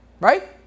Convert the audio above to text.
right